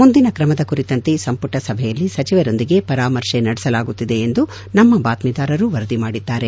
ಮುಂದಿನ ಕ್ರಮದ ಕುರಿತಂತೆ ಸಂಮಟ ಸಭೆಯಲ್ಲಿ ಸಚಿವರೊಂದಿಗೆ ಪರಾಮರ್ಶೆ ನಡೆಸಲಾಗುತ್ತಿದೆ ಎಂದು ನಮ್ಮ ಬಾತ್ಮೀದಾರರು ವರದಿ ಮಾಡಿದ್ದಾರೆ